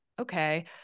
okay